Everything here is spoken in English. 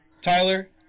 tyler